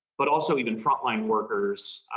but also even front-line workers.